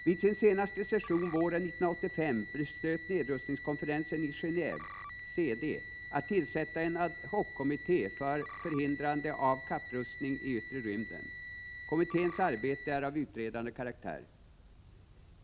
Vid sin senaste session våren 1985 beslöt nedrustningskonferensen i Geneve att tillsätta en ad-hoc-kommitté för förhindrande av kapprustning i yttre rymden. Kommitténs arbete är av utredande karaktär.